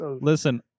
Listen